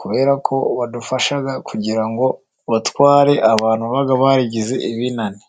kubera ko badufasha kugira ngo batware abantu baba barigize ibinani.